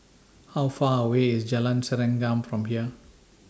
How Far away IS Jalan Serengam from here